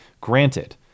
granted